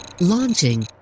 Launching